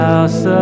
House